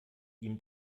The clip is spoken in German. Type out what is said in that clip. ihm